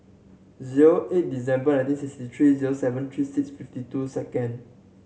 zero eight December nineteen sixty three zero seven three six fifty two second